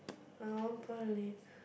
I one point only